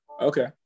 Okay